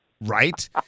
Right